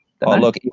look